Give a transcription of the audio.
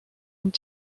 und